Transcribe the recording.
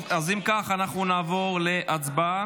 אם כך, אנחנו נעבור להצבעה